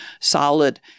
solid